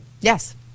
Yes